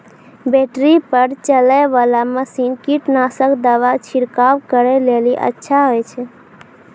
Battery पर चलै वाला मसीन कीटनासक दवा छिड़काव करै लेली अच्छा होय छै?